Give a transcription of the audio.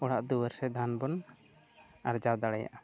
ᱚᱲᱟᱜ ᱫᱩᱣᱟᱹᱨ ᱥᱮ ᱫᱷᱚᱱ ᱵᱚᱱ ᱟᱨᱡᱟᱣ ᱫᱟᱲᱮᱭᱟᱜᱼᱟ